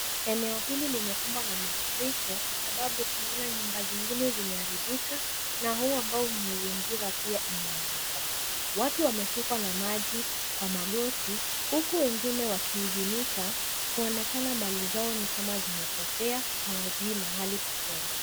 Eneo hili limekumbwa na mafuriko kwasababu tunaona nyumba zingine zimeharibika na ua ambao umezingira pia umeanguka. Watu wamefikwa na maji kwa magoti. Huku wengine wakihuzunika kuonekana mali zao ni kama zimepotea hawajui mahali pakuenda.